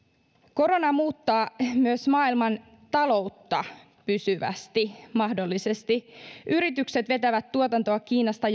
korona muuttaa myös maailmantaloutta pysyvästi mahdollisesti yritykset vetävät tuotantoa kiinasta